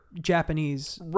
Japanese